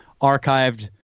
archived